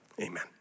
Amen